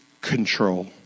control